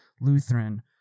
Lutheran